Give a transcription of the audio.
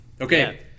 Okay